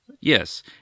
Yes